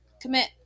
Commit